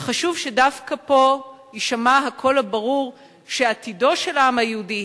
וחשוב שדווקא פה יישמע הקול הברור שעתידו של העם היהודי,